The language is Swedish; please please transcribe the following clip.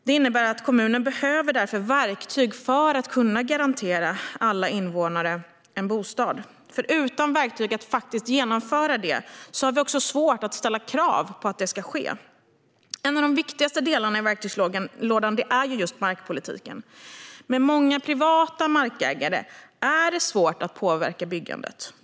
Det innebär att kommunerna behöver verktyg för att kunna garantera alla invånare en bostad. Utan verktyg för att genomföra det har vi också svårt att ställa krav på att det ska ske. En av de viktigaste delarna i verktygslådan är just markpolitiken. Med många privata markägare är det svårt att påverka byggandet.